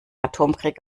atomkrieg